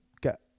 get